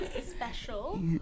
Special